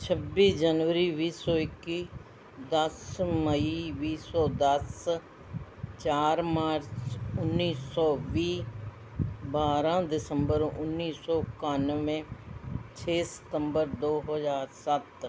ਛੱਬੀ ਜਨਵਰੀ ਵੀਹ ਸੌ ਇੱਕੀ ਦਸ ਮਈ ਵੀਹ ਸੌ ਦਸ ਚਾਰ ਮਾਰਚ ਉੱਨੀ ਸੌ ਵੀਹ ਬਾਰ੍ਹਾਂ ਦਸੰਬਰ ਉੱਨੀ ਸੌ ਇਕਾਨਵੇਂ ਛੇ ਸਤੰਬਰ ਦੋ ਹਜ਼ਾਰ ਸੱਤ